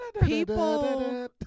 people